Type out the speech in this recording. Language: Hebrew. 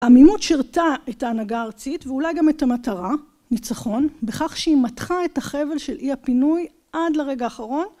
עמימות שרתה את ההנהגה הארצית ואולי גם את המטרה, ניצחון. בכך שהיא מתחה את החבל של אי הפינוי עד לרגע האחרון